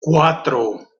cuatro